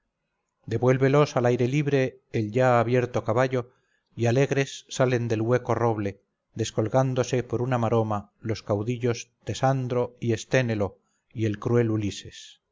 devuélvelos al aire libre el ya abierto caballo y alegres salen del hueco roble descolgándose por una maroma los caudillos tesandro y esténelo y el cruel ulises